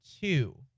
two